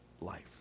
life